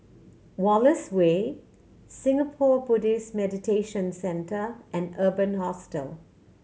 Wallace Way Singapore Buddhist Meditation Centre and Urban Hostel